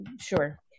sure